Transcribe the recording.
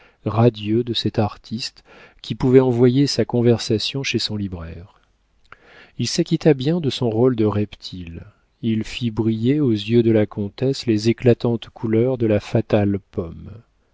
radieux de cet artiste qui pouvait envoyer sa conversation chez son libraire il s'acquitta bien de son rôle de reptile il fit briller aux yeux de la comtesse les éclatantes couleurs de la fatale pomme